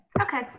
Okay